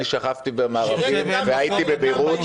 ואני שכבתי במארבים והייתי בביירות